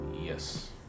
Yes